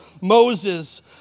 Moses